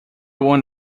won